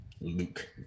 Luke